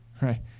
right